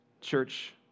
Church